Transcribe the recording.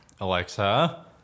Alexa